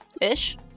Ish